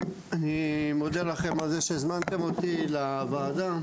אני מודה לכם על זה שהזמנתם אותי לוועדה.